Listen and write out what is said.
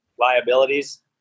liabilities